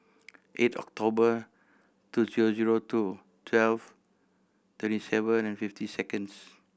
eight October two zero zero two twelve twenty seven and fifty seconds